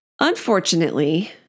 Unfortunately